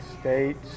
States